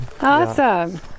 Awesome